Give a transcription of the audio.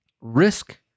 risk